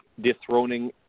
dethroning